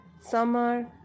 summer